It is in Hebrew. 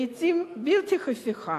לעתים בלתי הפיכה,